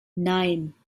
nein